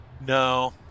No